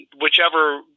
whichever